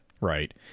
right